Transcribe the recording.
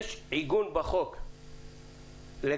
יש עיגון בחוק לכך